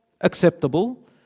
acceptable